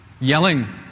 yelling